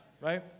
Right